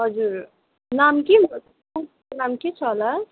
हजुर नाम के हो नाम के छ होला